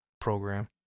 program